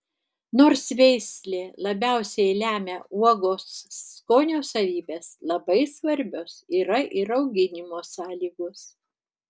nors veislė labiausiai lemia uogos skonio savybes labai svarbios yra ir auginimo sąlygos